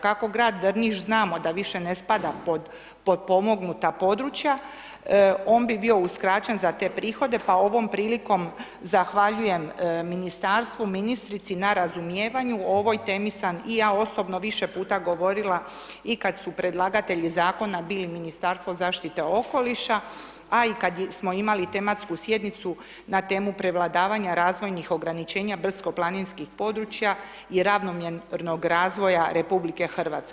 Kako grad Drniš znamo da više ne spada pod potpomognuta područja on bi bio uskraćen za te prihode pa ovom prilikom zahvaljujem ministarstvu, ministrici na razumijevanju, o ovoj temi sam i ja osobno više puta govorila i kad su predlagatelji zakona bili Ministarstvo zaštite okoliša, a i kad smo imali tematsku sjednicu na temu prevladavanja razvojnih ograničenja brdsko-planinskih područja i ravnomjernog razvoja RH.